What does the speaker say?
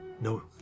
No